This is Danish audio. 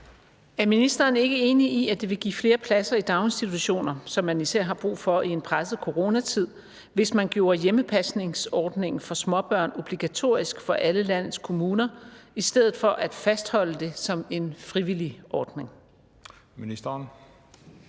Er ministeren ikke enig i, at det vil give flere pladser i daginstitutioner – som man især har brug for i en presset coronatid – hvis man gjorde hjemmepasningsordningen for småbørn obligatorisk for alle landets kommuner i stedet for at fastholde det som en frivillig ordning?